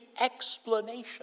explanation